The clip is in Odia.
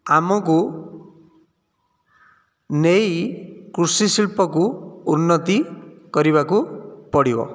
ଆମକୁ ନେଇ କୃଷି ଶିଳ୍ପକୁ ଉନ୍ନତି କରିବାକୁ ପଡ଼ିବ